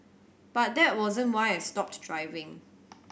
but that wasn't why I stopped driving